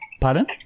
Pardon